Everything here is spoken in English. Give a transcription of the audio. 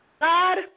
God